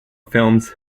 films